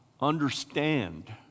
Understand